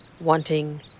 wanting